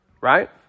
right